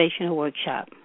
Workshop